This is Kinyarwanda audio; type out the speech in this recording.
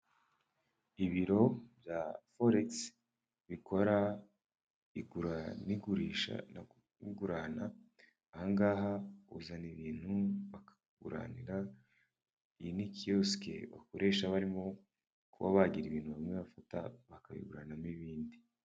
Ibiro bya foregisi bikora igura n'igurisha n'ugurana aha ngaha uzana ibintu bakakuguranira, iyi ni kiyosiki bakoresha barimo kuba bagira ibintu bimwe bafata bakabigurana n'ibindi.